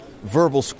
Verbal